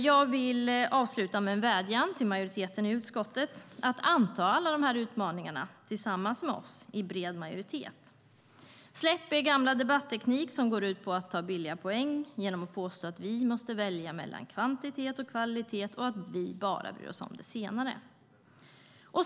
Jag vill avsluta med en vädjan till majoriteten i utskottet att tillsammans med oss i bred majoritet anta alla dessa utmaningar. Släpp er gamla debatteknik som går ut på att ta billiga poäng genom att påstå att vi måste välja mellan kvalitet och kvantitet och att vi bara bryr oss om det senare.